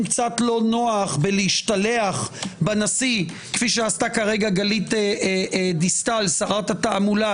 קצת לא נוח בלהשתלח בנשיא כפי שעשתה כעת גלית דיסטל שרת התעמולה,